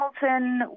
Hamilton